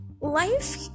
life